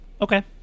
Okay